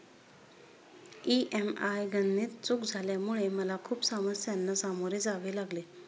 EMI गणनेत चूक झाल्यामुळे मला खूप समस्यांना सामोरे जावे लागले